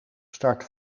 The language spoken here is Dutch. start